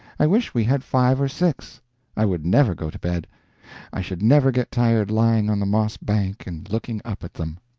i wish we had five or six i would never go to bed i should never get tired lying on the moss-bank and looking up at them.